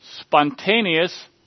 spontaneous